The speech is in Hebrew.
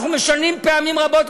אנחנו משנים פעמים רבות,